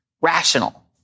rational